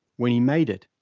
when he made it,